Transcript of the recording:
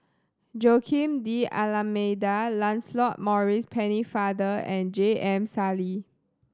Joaquim D'Almeida Lancelot Maurice Pennefather and J M Sali